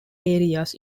areas